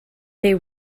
they